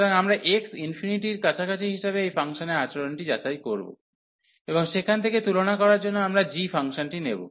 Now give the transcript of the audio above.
সুতরাং আমরা x ∞ দিকে কাছাকাছি হিসাবে এই ফাংশনের আচরণটি যাচাই করব এবং সেখান থেকে তুলনা করার জন্য আমরা g ফাংশনটি নেব